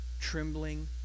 trembling